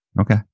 okay